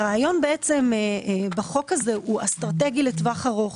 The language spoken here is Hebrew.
הרעיון בחוק הזה הוא אסטרטגי לטווח ארוך.